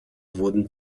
wurden